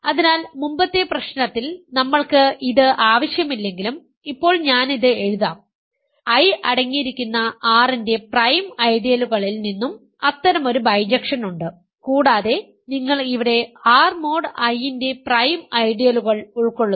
അതിനാൽ മുമ്പത്തെ പ്രശ്നത്തിൽ നമ്മൾക്ക് ഇത് ആവശ്യമില്ലെങ്കിലും ഇപ്പോൾ ഞാൻ ഇത് എഴുതാം I അടങ്ങിയിരിക്കുന്ന R ൻറെ പ്രൈം ഐഡിയലുകളിൽ നിന്നും അത്തരമൊരു ബൈജക്ഷൻ ഉണ്ട് കൂടാതെ നിങ്ങൾ ഇവിടെ R മോഡ് I ന്റെ പ്രൈം ഐഡിയലുകൾ ഉൾക്കൊള്ളുന്നു